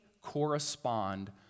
correspond